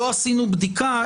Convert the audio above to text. לא עשינו בדיקה,